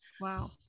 Wow